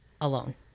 alone